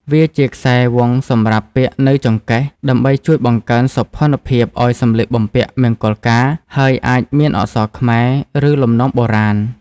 វាជាខ្សែវង់សម្រាប់ពាក់នៅចង្កេះ ដើម្បីជួយបង្កើនសោភណ្ឌភាពឲ្យសម្លៀកបំពាក់មង្គលការ ហើយអាចមានអក្សរខ្មែរ ឬលំនាំបុរាណ។